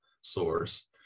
source